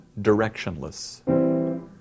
directionless